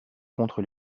contre